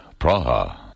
Praha